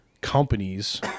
companies